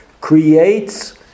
creates